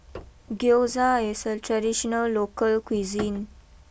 Gyoza is a traditional local cuisine